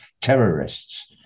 Terrorists